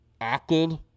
acted